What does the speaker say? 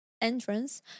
entrance